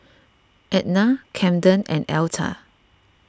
Ednah Camden and Elta